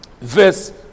Verse